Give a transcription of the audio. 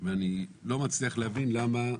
ואני לא מצליח להבין למה.